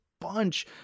bunch